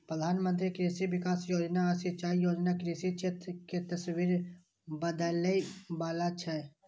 प्रधानमंत्री कृषि विकास योजना आ सिंचाई योजना कृषि क्षेत्र के तस्वीर बदलै बला छै